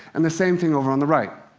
and the same thing over on the right.